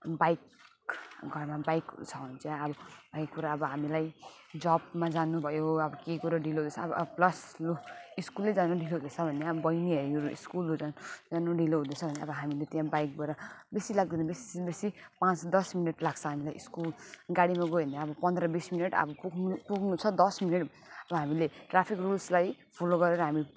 bike घरमा बाइकहरू छ भने चाहिँ अरू कुरा अब हामीलाई जबमा जानुभयो अब केही कुरो ढिलो भएछ अब अब प्लस लु स्कुलै जानु ढिलो भएछ भने अब बहिनीहरू स्कुलहरू जानु जानु ढिलो हुँदैछ भने अब हामीले त्यहाँ बाइकबाट बेसी लाग्दैन बेसी से बेसी पाँच दस मिनट लाग्छ हामीलाई स्कुल गाडीमा गयो भने अब पन्ध्र बिस मिनट अब अब पुग्नु छ दस मिनट अब हामीले ट्राफिक रुल्सलाई फोलो गरेर हामी